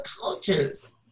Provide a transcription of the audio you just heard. cultures